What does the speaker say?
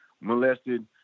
molested